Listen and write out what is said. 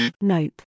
Nope